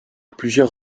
plusieurs